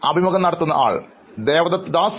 അഭിമുഖം നടത്തുന്നയാൾ ദേവദത്ത് ദാസ്